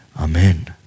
Amen